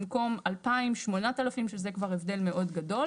במקום 2,800 שזה כבר הבדל מאוד גדול.